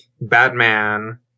Batman